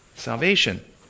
Salvation